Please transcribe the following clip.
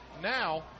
Now